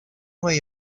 way